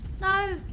no